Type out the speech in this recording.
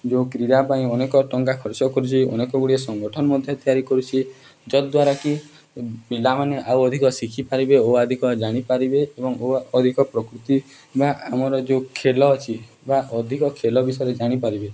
ଯେଉଁ କ୍ରୀଡ଼ା ପାଇଁ ଅନେକ ଟଙ୍କା ଖର୍ଚ୍ଚ କରୁଛି ଅନେକ ଗୁଡ଼ିଏ ସଂଗଠନ ମଧ୍ୟ ତିଆରି କରୁଛି ଯଦ୍ୱାରା କିି ପିଲାମାନେ ଆଉ ଅଧିକ ଶିଖିପାରିବେ ଓ ଅଧିକ ଜାଣିପାରିବେ ଏବଂ ଓ ଅଧିକ ପ୍ରକୃତି ବା ଆମର ଯେଉଁ ଖେଳ ଅଛି ବା ଅଧିକ ଖେଳ ବିଷୟରେ ଜାଣିପାରିବେ